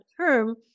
term